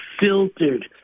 filtered